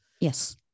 Yes